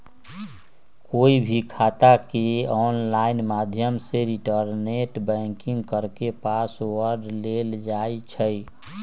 कोई भी खाता के ऑनलाइन माध्यम से इन्टरनेट बैंकिंग करके पासवर्ड लेल जाई छई